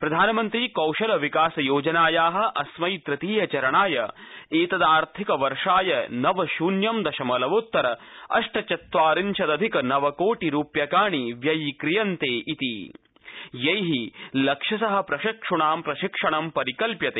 प्रधानमन्त्री कौशल विकासयोजनायाः अस्मै तृतीय चरणाय एतदार्थिकवर्षाय नव शून्य दशमलवोत्तर अष्टचत्वादिंशधिक नव कोटिरूप्पकाणि व्ययीक्रियन्ते यैः लक्षशः प्रशिक्ष्णां प्रशिक्षणं परिकल्प्यते